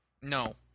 No